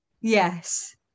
Yes